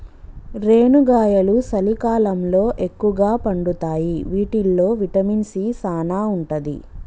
రేనుగాయలు సలికాలంలో ఎక్కుగా పండుతాయి వీటిల్లో విటమిన్ సీ సానా ఉంటది